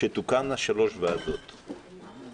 שתוקמנה שלוש ועדות,